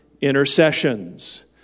intercessions